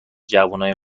جوونای